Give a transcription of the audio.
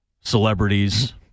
celebrities